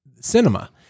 cinema